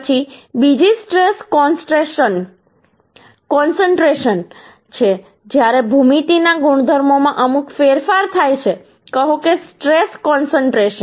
પછી બીજી stress concentration છે જ્યારે ભૂમિતિના ગુણધર્મોમાં અમુક ફેરફારો થાય છે કહો કે સ્ટ્રેશ કોન્સન્ટ્રેશન